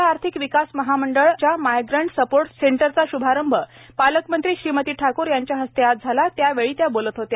महिला आर्थिक विकास महामंडळ माविमच्या मायगंट सपोर्ट सेंटरचा शुभारंभ पालकमंत्री ठाकूर यांच्या हस्ते आज झाला त्यावेळी त्या बोलत होत्या